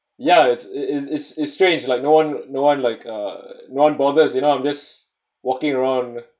ya it's it is it's strange like no one no one like uh no one bothers you know I'm just walking around